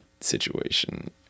situation